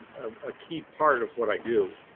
a key part of what i do,